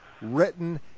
written